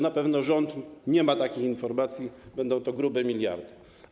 Na pewno rząd nie ma takich informacji, będą to grube miliardy.